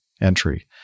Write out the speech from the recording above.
entry